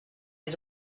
les